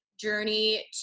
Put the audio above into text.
journey